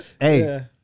Hey